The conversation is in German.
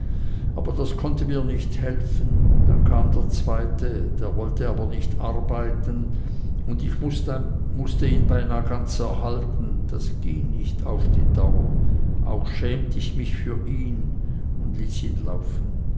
aber das konnte mir nicht helfen dann kam der zweite der wollte aber nicht arbeiten und ich mußt ihn beinah ganz erhalten das ging nicht auf die dauer auch schämt ich mich für ihn und ließ ihn laufen